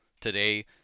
today